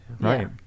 Right